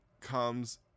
comes